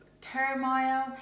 Turmoil